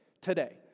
Today